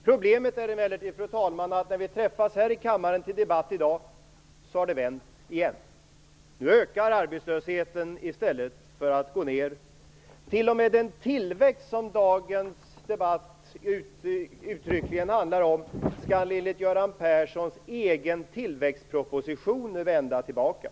Problemet är emellertid att när vi här i kammaren i dag träffas till debatt, så har det vänt igen. Nu ökar arbetslösheten i stället för att gå ned. T.o.m. den tillväxt som dagens debatt uttryckligen handlar om skall enligt Göran Perssons egen tillväxtproposition nu vända tillbaka.